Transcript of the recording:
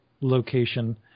location